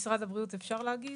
משרד הבריאות, אפשר להגיב?